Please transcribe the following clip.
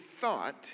thought